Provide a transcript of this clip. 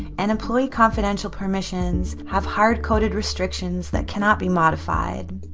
and employee confidential permissions have hard-coded restrictions that cannot be modified.